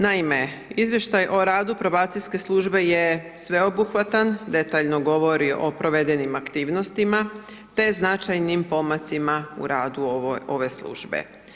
Naime, izvještaj o radu probacijske službe je sveobuhvatan, detaljno govori o provedenim aktivnostima te značajnim pomacima u radu ove službe.